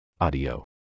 Audio